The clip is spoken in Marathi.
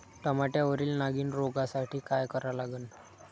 टमाट्यावरील नागीण रोगसाठी काय करा लागन?